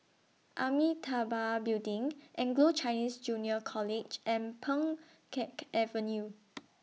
Amitabha Building Anglo Chinese Junior College and Pheng Geck Avenue